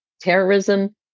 terrorism